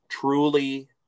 truly